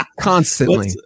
constantly